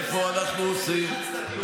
בדיוק מה שעשו לסילמן.